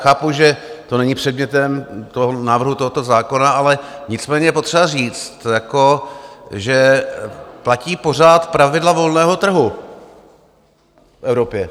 Chápu, že to není předmětem návrhu tohoto zákona, nicméně je potřeba říct, že platí pořád pravidla volného trhu v Evropě.